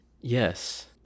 Yes